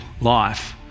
life